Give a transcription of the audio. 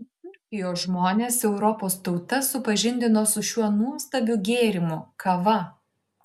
būtent turkijos žmonės europos tautas supažindino su šiuo nuostabiu gėrimu kava